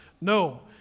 No